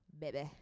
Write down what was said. baby